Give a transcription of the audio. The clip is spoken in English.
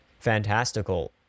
fantastical